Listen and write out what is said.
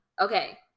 Okay